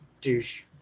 douche